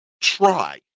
try